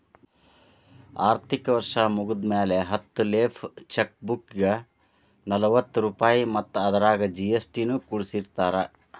ಆರ್ಥಿಕ ವರ್ಷ್ ಮುಗ್ದ್ಮ್ಯಾಲೆ ಹತ್ತ ಲೇಫ್ ಚೆಕ್ ಬುಕ್ಗೆ ನಲವತ್ತ ರೂಪಾಯ್ ಮತ್ತ ಅದರಾಗ ಜಿ.ಎಸ್.ಟಿ ನು ಕೂಡಸಿರತಾರ